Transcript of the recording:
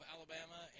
Alabama